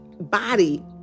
body